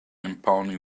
impounding